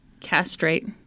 castrate